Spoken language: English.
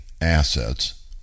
assets